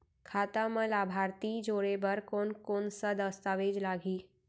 खाता म लाभार्थी जोड़े बर कोन कोन स दस्तावेज लागही?